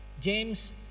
James